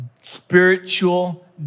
spiritual